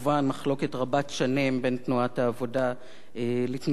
שנים בין תנועת העבודה לתנועת ז'בוטינסקי.